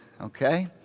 Okay